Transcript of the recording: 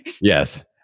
Yes